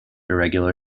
irregular